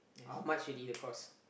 how much already the cost